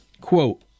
Quote